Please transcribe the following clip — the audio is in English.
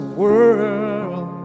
world